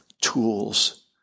tools